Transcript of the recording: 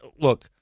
look